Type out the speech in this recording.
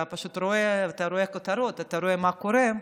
אתה פשוט רואה כותרות ורואה מה קורה,